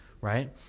right